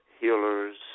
healers